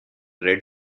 red